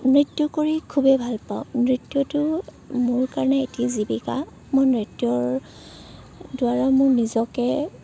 নৃত্য কৰি খুবেই ভাল পাওঁ নৃত্যটো মোৰ কাৰণে এটি জীৱিকা মোৰ নৃত্যৰ দ্বাৰা মোৰ নিজকে